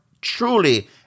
truly